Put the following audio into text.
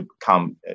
come